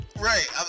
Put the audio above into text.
Right